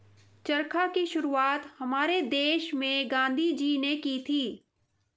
चरखा की शुरुआत हमारे देश में गांधी जी ने की थी